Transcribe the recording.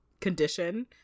condition